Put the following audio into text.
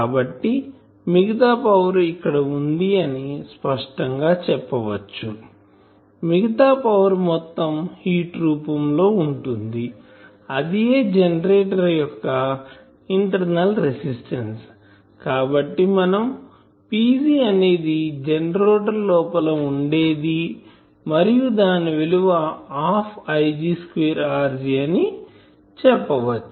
కాబట్టి మిగతా పవర్ ఇక్కడ వుంది అని స్పష్టం గా చెప్పవచ్చు మిగతా పవర్ మొత్తం హీట్ రూపం లో ఉంటుంది అదియే జెనరేటర్ యొక్క ఇంటర్నల్ రెసిస్టెన్సు కాబట్టి మనం Pg అనేది జెనరేటర్ లోపల ఉండేది మరియు దాని విలువ హాఫ్ Ig స్క్వేర్ Rg అని చెప్పవచ్చు